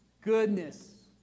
goodness